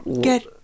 get